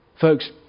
Folks